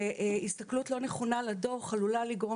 הסתכלות לא נכונה על הדוח עלולה לגרום